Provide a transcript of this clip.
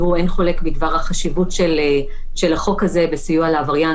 אין חולק בדבר החשיבות של החוק הזה בסיוע לעבריין